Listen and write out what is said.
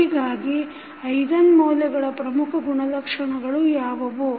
ಹೀಗಾಗಿ ಐಗನ್ ಮೌಲ್ಯಗಳ ಪ್ರಮುಖ ಗುಣಲಕ್ಷಣಗಳು ಯಾವುವು